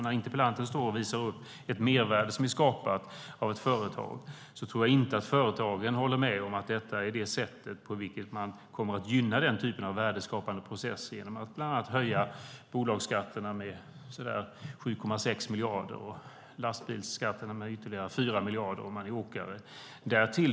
När interpellanten visar på ett mervärde som är skapat av ett företag tror jag inte att företagen håller med om att detta är det sätt på vilket man kommer att gynna denna typ av värdeskapande process, det vill säga genom att bland annat höja bolagsskatterna med omkring 7,6 miljarder och lastbilsskatterna med ytterligare 4 miljarder för åkare.